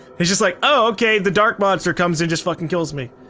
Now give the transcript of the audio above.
it's just like oh, okay the dark monster comes and just fucking kills me.